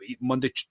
Monday